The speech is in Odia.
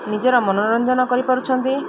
ନିଜର ମନୋରଞ୍ଜନ କରିପାରୁଛନ୍ତି